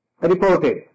reported